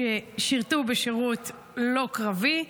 שירתו בשירות לא קרבי,